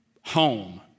home